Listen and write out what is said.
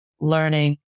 learning